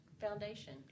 foundation